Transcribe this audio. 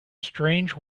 strange